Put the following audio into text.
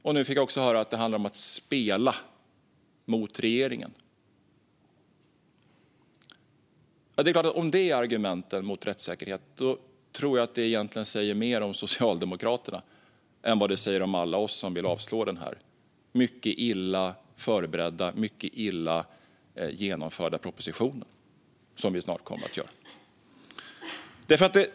Det andra, som jag fick höra nu, är att det handlar om att spela mot regeringen. Om det är argumenten mot rättssäkerhet tror jag att det egentligen säger mer om Socialdemokraterna än om alla oss som vill avslå denna mycket illa förberedda och mycket illa genomförda proposition, vilket vi snart också kommer att göra.